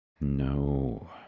No